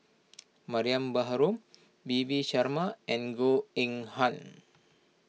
Mariam Baharom P V Sharma and Goh Eng Han